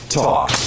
talk